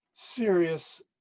Serious